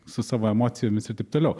su savo emocijomis ir taip toliau